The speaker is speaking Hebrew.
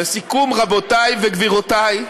לסיכום, רבותי וגבירותי,